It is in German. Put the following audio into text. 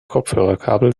kopfhörerkabel